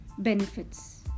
Benefits